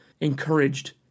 encouraged